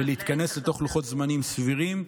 אלא להתכנס לתוך לוחות זמנים סבירים,